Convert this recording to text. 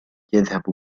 يذهب